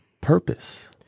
purpose